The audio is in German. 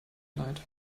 leid